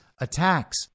attacks